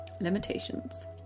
Limitations